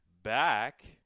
Back